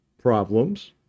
problems